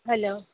hello